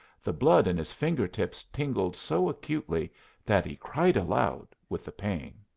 the blood in his finger-tips tingled so acutely that he cried aloud with the pain.